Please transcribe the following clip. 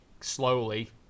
slowly